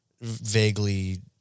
vaguely